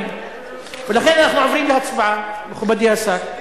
לכן אנחנו הולכים להצבעה, מכובדי השר.